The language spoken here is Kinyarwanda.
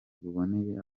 buboneye